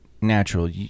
natural